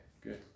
good